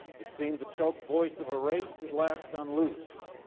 it seemed the choked voice of a race at last unloosed.